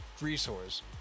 resource